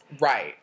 Right